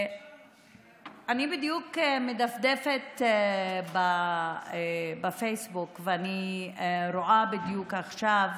אני בדיוק מדפדפת בפייסבוק, ואני רואה בדיוק עכשיו